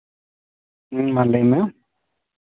ᱦᱮᱸ ᱢᱟ ᱞᱟᱹᱭ ᱢᱮ